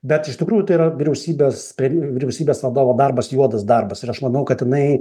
bet iš tikrųjų tai yra vyriausybės spren vyriausybės vadovo darbas juodas darbas ir aš manau kad jinai